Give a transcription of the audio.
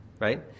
right